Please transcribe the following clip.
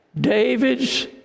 david's